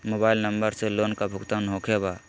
Mobile number से loan का भुगतान होखे बा?